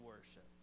worship